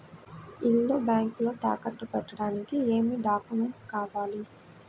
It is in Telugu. ఇల్లు బ్యాంకులో తాకట్టు పెట్టడానికి ఏమి డాక్యూమెంట్స్ కావాలి?